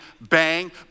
bang